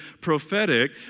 prophetic